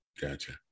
Gotcha